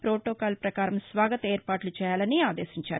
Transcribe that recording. protocol ప్రకారం స్వాగత ఏర్పాట్లు చేయాలని ఆదేశించారు